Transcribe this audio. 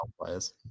players